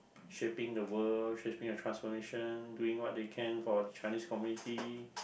shaping the world shaping a transformation doing what they can for the Chinese community